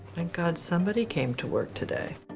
and god somebody came to work today.